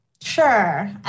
Sure